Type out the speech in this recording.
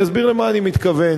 אני אסביר למה אני מתכוון.